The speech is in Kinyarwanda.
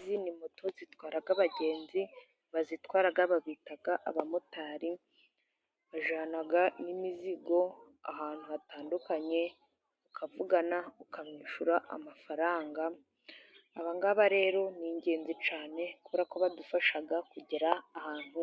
Izi ni moto zitwara abagenzi， abazitwara babita abamotari，bajyana n'imizigo ahantu hatandukanye， mukavugana ukamwishyura amafaranga， aba ngaba rero ni ingenzi cyane， kubera ko badufasha kugera ahantu